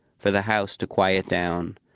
for the house to quiet down.